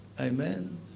Amen